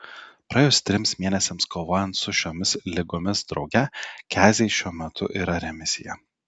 praėjus trims mėnesiams kovojant su šiomis ligomis drauge keziai šiuo metu yra remisija